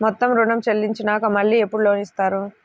మొత్తం ఋణం చెల్లించినాక మళ్ళీ ఎప్పుడు లోన్ ఇస్తారు?